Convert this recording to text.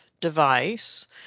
device